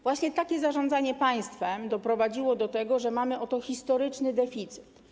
Właśnie takie zarządzanie państwem doprowadzało do tego, że mamy oto historyczny deficyt.